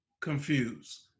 confused